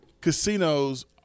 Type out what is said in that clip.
casinos